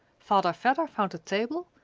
father vedder found a table,